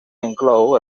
inclou